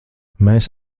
mēs